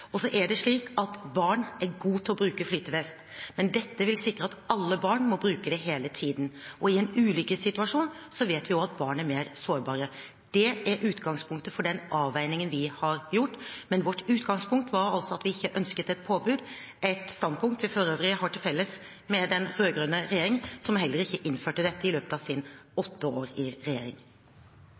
gjort. Så er det slik at barn er gode til å bruke flytevest, men dette vil sikre at alle barn må bruke det hele tiden. I en ulykkessituasjon vet vi at barn er mer sårbare. Det er utgangspunktet for den avveiningen vi har gjort. Men vårt utgangspunkt var altså at vi ikke ønsket et påbud, et standpunkt vi for øvrig har til felles med den rød-grønne regjeringen, som heller ikke innførte dette i løpet av sine åtte år i regjering.